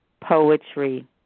poetry